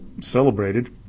celebrated